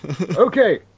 Okay